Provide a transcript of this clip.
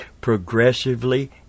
Progressively